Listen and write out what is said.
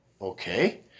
Okay